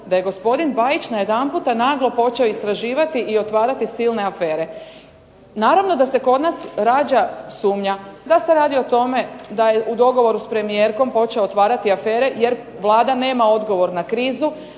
da je gospodin Bajić najedanputa naglo počeo istraživati i otvarati silne afere. Naravno da se kod nas rađa sumnja da se radi o tome da je u dogovoru s premijerkom počeo otvarati afere jer Vlada nema odgovor na krizu